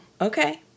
okay